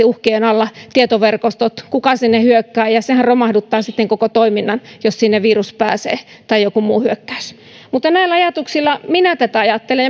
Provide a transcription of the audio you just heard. uhkien alla tietoverkostot kuka sinne hyökkää ja sehän romahduttaa sitten koko toiminnan jos sinne virus pääsee tai joku muu hyökkäys näillä ajatuksilla minä tätä ajattelen